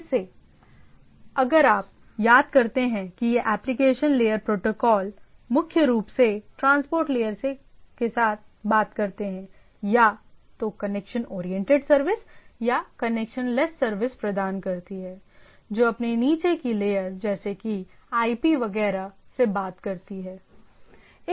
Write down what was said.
फिर से अगर आप याद करते हैं कि ये एप्लीकेशन लेयर प्रोटोकॉल मुख्य रूप से ट्रांसपोर्ट लेयर के साथ बात करते हैं जो या तो कनेक्शन ओरिएंटेड सर्विस या कनेक्शन लैस सर्विस प्रदान करती है जो अपनी नीचे की लेयर जैसे कि आईपी लेयर वगैरह से बात करती है